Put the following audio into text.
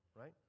right